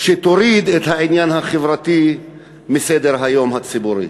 שתוריד את העניין החברתי מסדר-היום הציבורי.